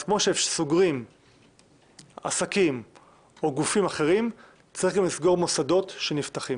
אז כמו שסוגרים עסקים או גופים אחרים אז צריך גם לסגור מוסדות שנפתחים.